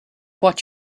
what